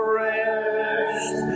rest